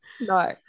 no